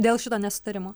dėl šito nesutarimo